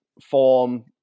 form